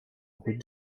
brut